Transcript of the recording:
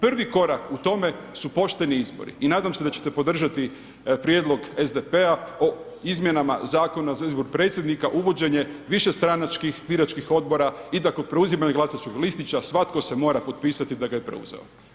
Prvi korak u tome su pošteni izbori i nadam se da ćete podržati prijedlog SDP-a o izmjenama Zakona za izbor predsjednika, uvođenje višestranačkih biračkih odbora i da kod preuzimanja glasačkog listića svatko se mora potpisati da ga je preuzeo.